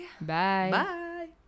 Bye